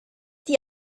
die